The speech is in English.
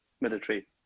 military